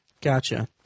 Gotcha